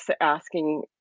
asking